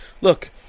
look